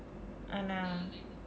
ஆனா:aana